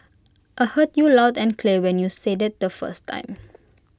I heard you loud and clear when you said IT the first time